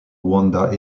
rwanda